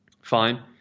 fine